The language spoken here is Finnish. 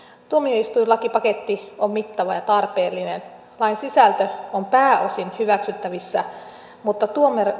tuomioistuinlakipaketti on mittava ja tarpeellinen lain sisältö on pääosin hyväksyttävissä mutta